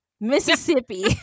Mississippi